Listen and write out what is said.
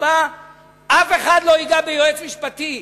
שבה אף אחד לא ייגע ביועץ משפטי.